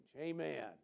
amen